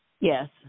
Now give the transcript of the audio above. Yes